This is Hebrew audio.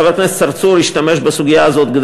חבר הכנסת צרצור השתמש בסוגיה הזאת גם